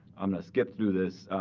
i'm going to skip through this.